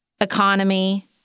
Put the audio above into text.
Economy